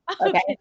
Okay